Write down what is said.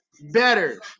better